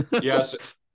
Yes